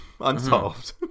unsolved